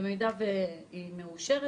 אם היא מאושרת